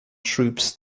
troops